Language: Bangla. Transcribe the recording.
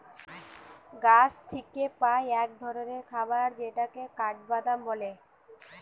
গাছ থিকে পাই এক ধরণের খাবার যেটাকে কাঠবাদাম বলে